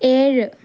ഏഴ്